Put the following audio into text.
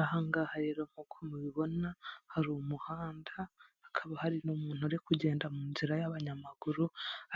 Aha ngaha rero nk'uko mubibona, hari umuhanda, hakaba hari n'umuntu uri kugenda mu nzira y'abanyamaguru,